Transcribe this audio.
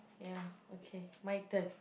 ya okay my turn